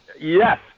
Yes